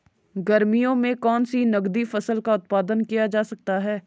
गर्मियों में कौन सी नगदी फसल का उत्पादन किया जा सकता है?